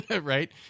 right